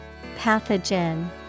Pathogen